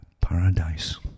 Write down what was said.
paradise